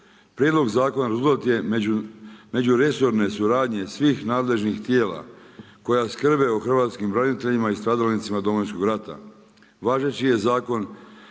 Prijedlog zakona rezultat je međuresorne suradnje svih nadležnih tijela koja skrbe o hrvatskim braniteljima i stradalnicima Domovinskog rata.